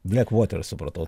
black water supratau